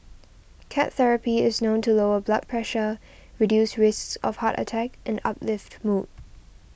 cat therapy is known to lower blood pressure reduce risks of heart attack and uplift mood